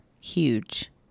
huge